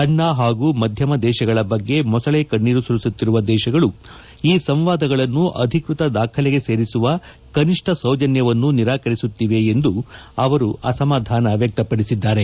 ಸಣ್ಣ ಹಾಗೂ ಮಧ್ಣಮ ದೇಶಗಳ ಬಗ್ಗೆ ಮೊಸಳೆ ಕಣ್ಣೇರು ಸುರಿಸುತ್ತಿರುವ ದೇಶಗಳು ಈ ಸಂವಾದಗಳನ್ನು ಅಧಿಕ್ಷತ ದಾಖಲೆಗೆ ಸೇರಿಸುವ ಕನಿಷ್ಣ ಸೌಜನ್ಗವನ್ನು ನಿರಾಕರಿಸುತ್ತಿವೆ ಎಂದು ಅವರು ಅಸಮಾಧಾನ ವ್ಯಕ್ತಪಡಿಸಿದ್ದಾರೆ